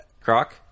Croc